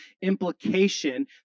implication